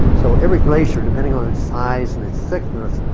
so every glacier, depending on its size and its thickness,